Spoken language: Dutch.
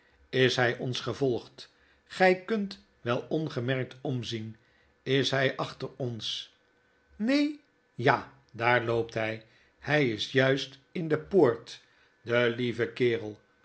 is hjj ons gevolgd gjj kunt welongemerkt omzien is hjj achter ons neen ja daar loopt hij hjjisjuistinde poort de lieve kerel